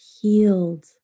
healed